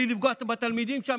בלי לפגוע בתלמידים שם,